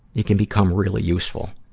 it can become really useful.